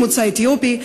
ממוצא אתיופי,